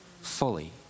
fully